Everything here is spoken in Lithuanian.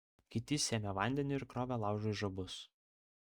kiti sėmė vandenį ir krovė laužui žabus